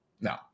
no